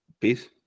Peace